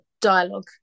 dialogue